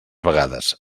vegades